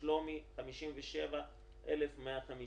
שלומי 57,150,